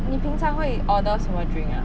你平常会 order 什么 drink ah